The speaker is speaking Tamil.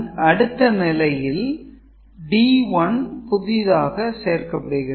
அடுத்த நிலைக்கு D1 புதிதாக சேர்க்கப்படுகிறது